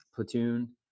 platoon